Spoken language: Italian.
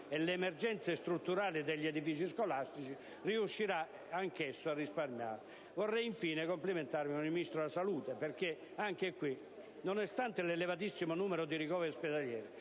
e le emergenze strutturali degli edifici scolastici, riuscirà anch'esso a risparmiare. Vorrei infine complimentarmi con il Ministro della salute che nonostante l'elevatissimo numero di ricoveri ospedalieri